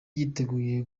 yiteguye